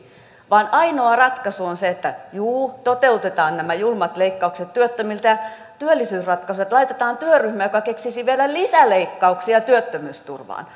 vaan ainoa ratkaisu on se että juu toteutetaan nämä julmat leikkaukset työttömiltä ja työllisyysratkaisuja laitetaan työryhmä joka keksisi vielä lisäleikkauksia työttömyysturvaan